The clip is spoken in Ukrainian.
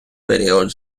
період